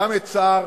גם את השר